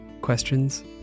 Questions